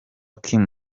kim